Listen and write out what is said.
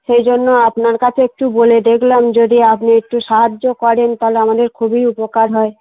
সেই জন্য আপনার কাছে একটু বলে দেখলাম যদি আপনি একটু সাহায্য করেন তাহলে আমাদের খুবই উপকার হয়